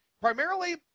primarily